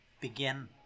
begin